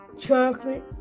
chocolate